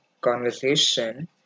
conversation